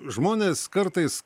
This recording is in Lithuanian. žmonės kartais